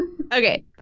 okay